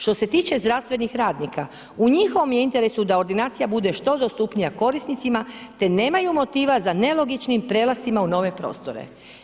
Što se tiče zdravstvenih radnika, u njihovom je interesu da ordinacija bude što dostupnija korisnicima te nemaju motiva za nelogičnim prelascima u nove prostore.